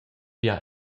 bia